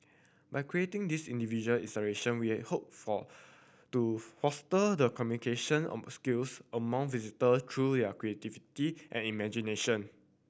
by creating these individual installation we have hope for to foster the communication among skills among visitor through creativity and imagination